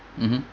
mmhmm